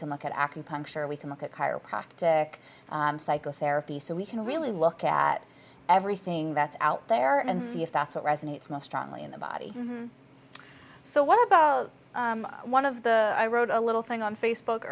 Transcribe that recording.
can look at acupuncture we can look at chiropractic psychotherapy so we can really look at everything that's out there and see if that's what resonates most strongly in the body so what about one of the i wrote a little thing on face